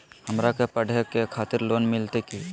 हमरा के पढ़े के खातिर लोन मिलते की?